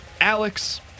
Alex